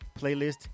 playlist